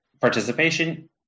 participation